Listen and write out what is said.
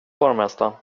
borgmästaren